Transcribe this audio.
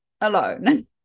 alone